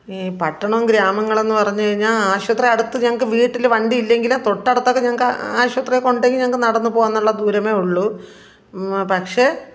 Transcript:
ഈ പട്ടണം ഗ്രാമങ്ങളെന്നു പറഞ്ഞുകഴിഞ്ഞാല് ആശുപത്രി അടുത്ത് ഞങ്ങള്ക്ക് വീട്ടില് വണ്ടി ഇല്ലെങ്കിലും തൊട്ടടുത്തൊക്കെ ഞങ്ങള്ക്ക് ആശുപത്രി ഒക്കെ ഉണ്ടെങ്കില് ഞങ്ങള്ക്ക് നടന്നുപോവാന്നുള്ള ദൂരമേ ഉള്ളൂ പക്ഷേ